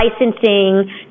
licensing